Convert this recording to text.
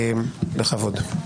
בכבוד.